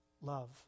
Love